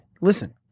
Listen